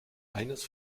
eines